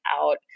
out